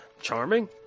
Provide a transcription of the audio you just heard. Charming